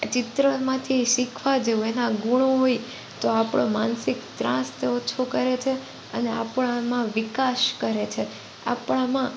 ચિત્રમાંથી એ શીખવા જેવું એના ગુણો હોય તો આપણો માનસિક ત્રાસ તે ઓછો કરે છે અને આપણામાં વિકાસ કરે છે આપણામાં